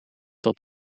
tot